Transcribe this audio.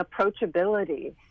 approachability